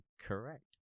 Correct